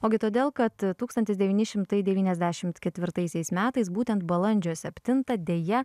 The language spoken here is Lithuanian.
ogi todėl kad tūkstantis devyni šimtai devyniasdešimt ketvirtaisiais metais būtent balandžio septintą deja